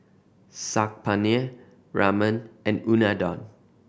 Saag Paneer Ramen and Unadon